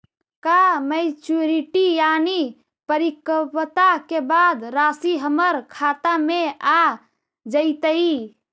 का मैच्यूरिटी यानी परिपक्वता के बाद रासि हमर खाता में आ जइतई?